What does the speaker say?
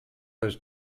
was